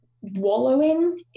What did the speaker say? wallowing